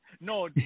No